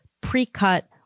pre-cut